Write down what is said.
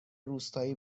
روستایی